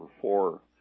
four